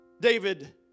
David